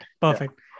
Perfect